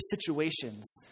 situations